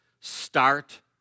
start